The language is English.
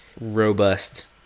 robust